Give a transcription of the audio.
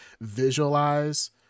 visualize